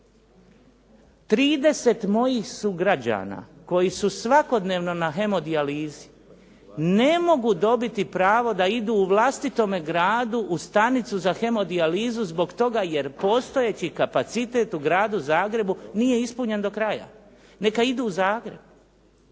30 mojih sugrađana koji su svakodnevno na hemodijalizi, ne mogu dobiti pravo da idu u vlastitome gradu u stanicu za hemodijalizu zbog toga jer postojeći kapacitet u Gradu Zagrebu nije ispunjen do kraja. Neka idu u Zagreb.